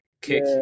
kick